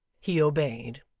he obeyed.